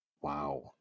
Wow